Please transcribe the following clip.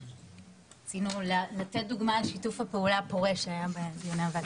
הזה --- רצינו לתת דוגמה לשיתוף הפעולה הפורה שהיה בדיוני הוועדה.